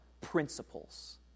principles